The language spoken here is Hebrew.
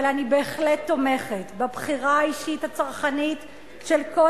אבל אני בהחלט תומכת בבחירה האישית הצרכנית של כל